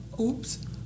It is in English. oops